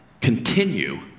continue